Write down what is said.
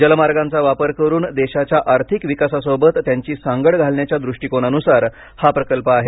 जलमार्गांचा वापर करुन देशाच्या आर्थिक विकासासोबत त्यांची सांगड घालण्याच्या दृष्टिकोणानुसार हा प्रकल्प आहे